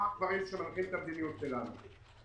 לא הדברים שמנחים את המדיניות שלנו.